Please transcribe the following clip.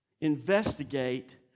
Investigate